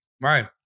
Right